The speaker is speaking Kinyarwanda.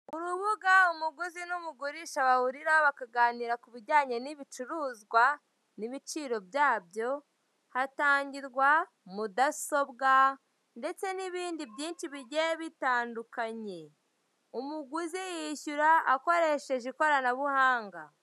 Urubuga umuguzi n'umugurisha bahuriraho bakaganira ku bijyanye n'ibicuruzwa n'ibiciro byabyo hatangirwa mudasobwa ndetse n'ibindi byinshi bigiye bitandukanye umuguzi yishyura akoresheje ikoranabuhanga.